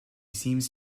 seems